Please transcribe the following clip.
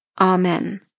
Amen